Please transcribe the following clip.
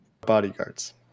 bodyguards